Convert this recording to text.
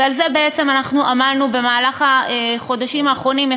ועל זה אנחנו עמלנו במהלך החודשים האחרונים.